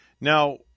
Now